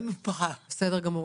בסדר גמור,